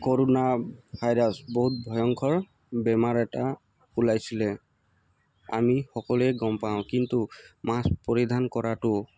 corona virus বহুত ভয়ংকৰ বেমাৰ এটা ওলাইছিলে আমি সকলোৱে গম পাওঁ কিন্তু মাস্ক পৰিধান কৰাটো